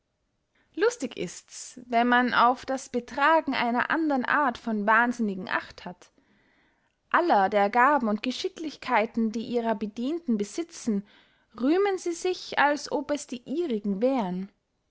lustig ists wenn man auf das betragen einer andern art von wahnsinnigen acht hat aller der gaben und geschicklichkeiten die ihre bedienten besitzen rühmen sie sich als ob es die ihrigen wären